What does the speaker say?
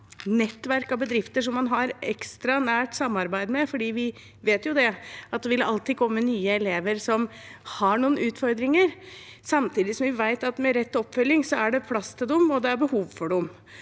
nettverk av bedrifter som man har ekstra nært samarbeid med. Vi vet jo at det alltid vil komme nye elever som har noen utfordringer, samtidig som vi vet at med rett til oppfølging er det plass til dem, og det er behov for dem.